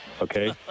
okay